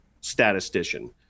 statistician